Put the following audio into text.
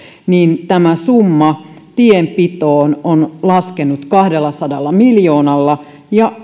summa tienpitoon on laskenut kahdellasadalla miljoonalla ja